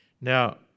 Now